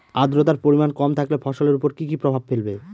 আদ্রর্তার পরিমান কম থাকলে ফসলের উপর কি কি প্রভাব ফেলবে?